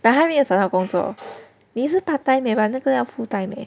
but 她没有找到工作你是 part time eh but 那个要 full time leh